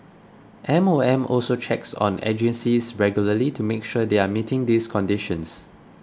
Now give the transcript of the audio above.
M O M also checks on agencies regularly to make sure they are meeting these conditions